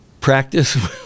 practice